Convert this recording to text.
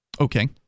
Okay